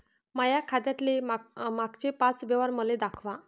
माया खात्यातले मागचे पाच व्यवहार मले दाखवा